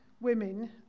women